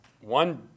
one